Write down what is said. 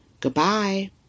Goodbye